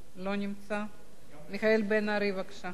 לא נמצא, מיכאל בן-ארי, בבקשה.